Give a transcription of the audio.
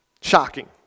Shocking